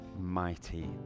mighty